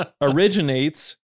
originates